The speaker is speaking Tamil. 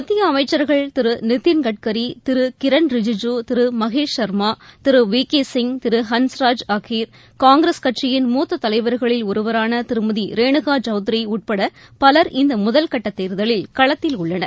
மத்திய அமைச்சர்கள் திருநிதின் கட்கரி திருகிரண் ரிஜிஜூ திருமகேஷ் சர்மா திருவிகேசிங் திருஹன்ஸ்ராஜ் ஹகிர் காங்கிரஸ் கட்சியின் மூத்ததலைவர்களில் ஒருவரானதிருமதிரேனுகாசவத்ரிஉட்படபலர் இந்தமுதல் கட்டதேர்தலில் களத்தில் உள்ளனர்